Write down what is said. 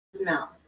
mouth